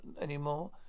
anymore